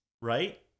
right